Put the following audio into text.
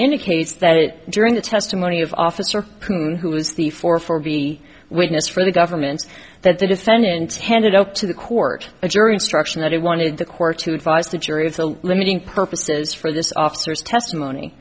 indicates that it during the testimony of officer who was the four for be witness for the government that the defendant intended up to the court a jury instruction that he wanted the court to advise the jury of the limiting purposes for this officers testimony